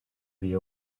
the